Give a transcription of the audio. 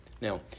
Now